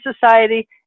society